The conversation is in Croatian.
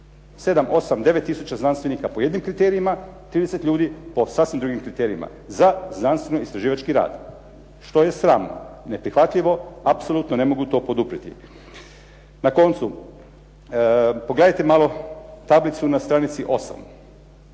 7, 8, 9 tisuća znanstvenika po jedinim kriterijima, 30 ljudi po sasvim drugim kriterijima, za znanstveno istraživački rad. Što je …/Govornik se ne razumije./… neprihvatljivo, apsolutno ne mogu to poduprijeti. Na koncu, pogledajte malo tablicu na stranici 8,